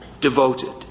devoted